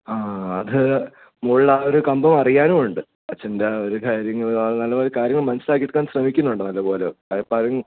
ആ അത് മോളിൽ ആ ഒരു കമ്പം അറിയാനും ഉണ്ട് അച്ഛന്റെ ആ ഒരു കാര്യങ്ങൾ ആ നല്ലപോലെ കാര്യങ്ങൾ മനസിലാക്കി എടുക്കാൻ ശ്രമിക്കുന്നുണ്ട് നല്ലപോലെ